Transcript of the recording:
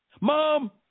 Mom